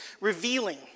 revealing